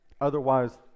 Otherwise